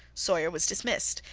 sawyer was dismissed.